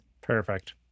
Perfect